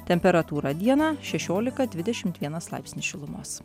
temperatūra dieną šešiolika dvidešimt vienas laipsnis šilumos